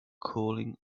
cooling